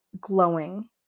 glowing